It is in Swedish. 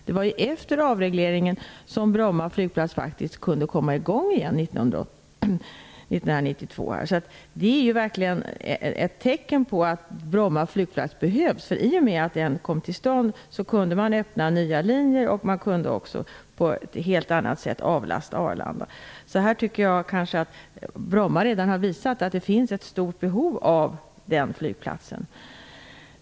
Det var faktiskt efter avregleringen som Bromma flygplats kunde komma i gång igen 1992. Det är verkligen ett tecken på att Bromma flygplats behövs. I och med att den kom till stånd kunde man öppna nya linjer. Man kunde också på ett helt annat sätt avlasta Arlanda. Därför tycker jag att Bromma flygplats redan har visat att det finns ett stort behov av den flygplatsen.